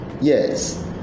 Yes